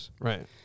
Right